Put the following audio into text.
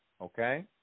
Okay